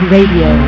Radio